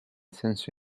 senso